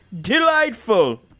Delightful